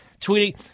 tweeting